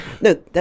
No